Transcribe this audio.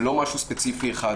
זה לא משהו ספציפי אחד.